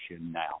now